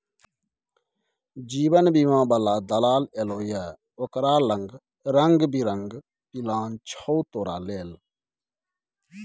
जीवन बीमा बला दलाल एलौ ये ओकरा लंग रंग बिरंग पिलान छौ तोरा लेल